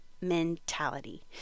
mentality